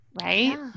right